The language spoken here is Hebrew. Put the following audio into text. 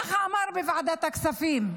ככה אמר בוועדת הכספים.